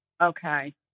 Okay